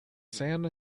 sand